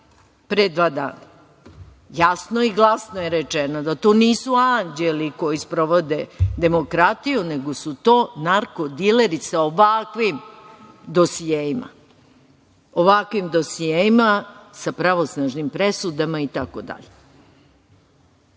pre dva dana? Jasno i glasno je rečeno da to nisu anđeli koji sprovode demokratiju, nego su to narko dileri sa ovakvim dosijeima, ovakvim dosijeima sa pravosnažnim presudama itd. Mi